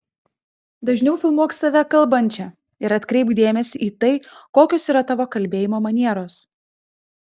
dažniau filmuok save kalbančią ir atkreipk dėmesį į tai kokios yra tavo kalbėjimo manieros